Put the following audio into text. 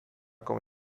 com